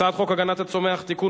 הצעת חוק הגנת הצומח (תיקון,